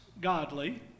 godly